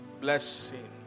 blessing